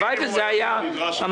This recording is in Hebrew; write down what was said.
הלוואי וזה היה המצב.